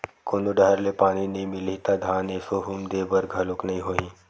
कोनो डहर ले पानी नइ मिलही त धान एसो हुम दे बर घलोक नइ होही